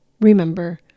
Remember